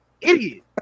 Idiot